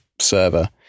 server